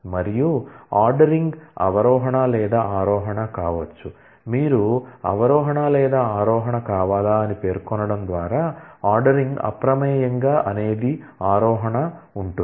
మరియు ఆర్డరింగ్ అవరోహణ లేదా ఆరోహణ కావచ్చు మీరు అవరోహణ లేదా ఆరోహణ కావాలా అని పేర్కొనడం ద్వారా ఆర్డరింగ్ అప్రమేయంగా అనేది ఆరోహణ ఉంటుంది